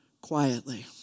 quietly